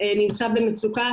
נמצא במצוקה,